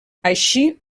així